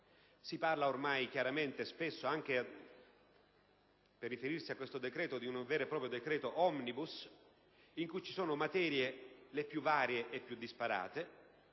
Si parla ormai chiaramente, spesso anche per riferirsi a tale provvedimento, di un vero e proprio decreto *omnibus*, in cui ci sono le più varie e disparate